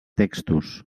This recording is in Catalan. textos